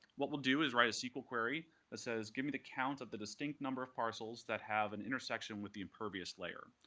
what we'll do is write a sql query that says give me the count of the distinct number of parcels that have an intersection with the impervious layer.